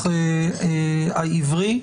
העברי.